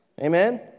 Amen